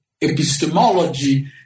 epistemology